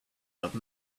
that